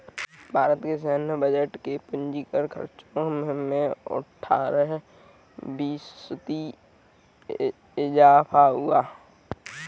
भारत के सैन्य बजट के पूंजीगत खर्चो में अट्ठारह फ़ीसदी इज़ाफ़ा हुआ है